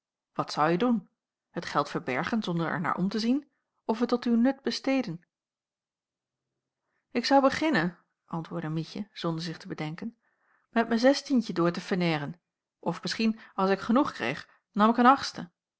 wat zouje doen het geld verbergen zonder er naar om te zien of het tot uw nut besteden ik zou beginnen antwoordde mietje zonder zich te bedenken met me zestientje door te ferneeren of misschien as ik genoeg kreeg nam ik n achtste